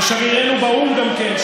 ושגרירנו באו"ם גם כן,